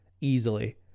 easily